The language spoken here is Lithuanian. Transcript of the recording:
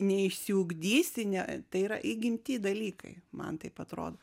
neišsiugdysi ne tai yra įgimti dalykai man taip atrodo